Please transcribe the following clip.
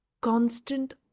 constant